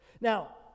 Now